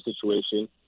situation